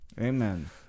Amen